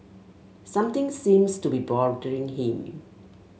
something seems to be bothering him